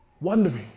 wondering